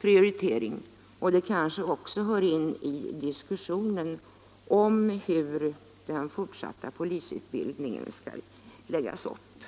prioritering, och det kanske också hör till diskussionen om hur den fortsatta polisutbildningen skall läggas upp.